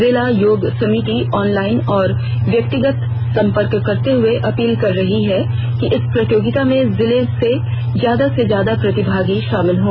जिला योग समिति ऑनलाइन और व्यक्तिगत संपर्क करते हुए अपील कर रही है कि इस प्रतियोगिता में जिले से ज्यादा से ज्यादा प्रतिभागी शामिल हों